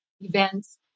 events